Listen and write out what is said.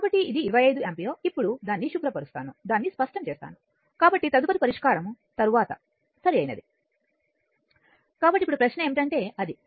కాబట్టి ఇది 25 యాంపియర్ ఇప్పుడు దాన్ని శుభ్రం చేస్తాను కాబట్టి తదుపరి పరిష్కారం తరువాత సరైనది కాబట్టి ఇప్పుడు ప్రశ్న ఏంటంటే అది